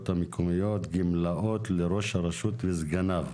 המקומיות (גמלאות לראש הרשות וסגניו),